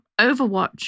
overwatch